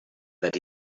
that